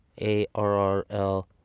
A-R-R-L